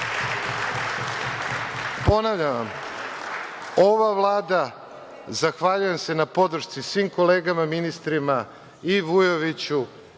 muke. Ponavljam vam, ova Vlada, zahvaljujem se na podršci svim kolegama, ministrima i Vujoviću,